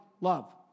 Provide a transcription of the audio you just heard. love